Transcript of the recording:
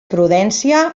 prudència